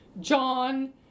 John